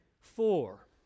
Four